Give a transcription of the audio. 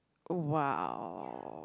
oh !wow!